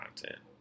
content